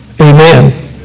Amen